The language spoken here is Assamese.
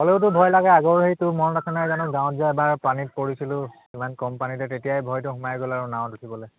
হ'লেওতো ভয় লাগে আগৰ সেই তোৰ মনত আছেনে নাই জানো গাঁৱত যে এবাৰ পানীত পৰিছিলোঁ ইমান কম পানীতে তেতিয়াই ভয়টো সোমাই গ'ল আৰু নাৱত উঠিবলৈ